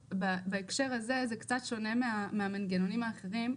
בהקשר הזה, זה קצת שונה מהמנגנונים האחרים.